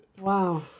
Wow